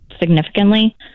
significantly